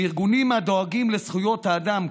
שארגונים הדואגים לזכויות אדם,